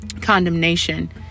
condemnation